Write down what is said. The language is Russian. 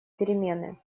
перемены